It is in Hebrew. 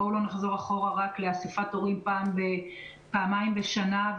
בואו לא נחזור אחורה רק לאסיפת הורים פעמיים בשנה,